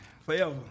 forever